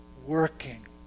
Working